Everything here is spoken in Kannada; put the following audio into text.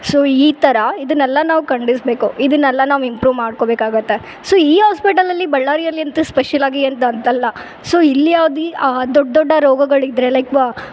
ಸೋ ಈ ಥರ ಇದನ್ನೆಲ್ಲ ನಾವು ಖಂಡಿಸ್ಬೇಕು ಇದನ್ನೆಲ್ಲ ನಾವು ಇಂಪ್ರೂವ್ ಮಾಡ್ಕೊಬೇಕಾಗುತ್ತೆ ಸೋ ಈ ಹಾಸ್ಪಿಟಲಲ್ಲಿ ಬಳ್ಳಾರಿಯಲ್ಲಿ ಅಂತೂ ಸ್ಪೆಷಲ್ ಆಗಿ ಎಂತ ಅಂತಲ್ಲ ಸೋ ಇಲ್ಲಿ ದೊಡ್ಡ ದೊಡ್ಡ ರೋಗಗಳಿದ್ದರೆ ಲೈಕ್ ವ